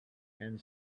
and